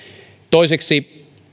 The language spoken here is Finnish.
toiseksi